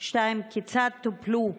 2. כיצד טופלו?